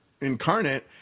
incarnate